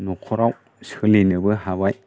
न'खराव सोलिनोबो हाबाय